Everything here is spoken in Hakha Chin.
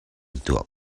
tuah